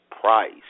price